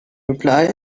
reply